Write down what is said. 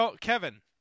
Kevin